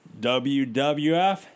WWF